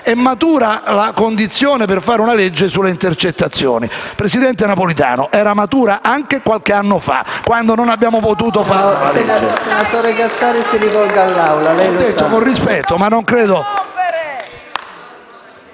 è matura la condizione per fare una legge sulle intercettazioni. Presidente Napolitano, era matura anche qualche anno fa, quando non abbiamo potuto fare quella legge.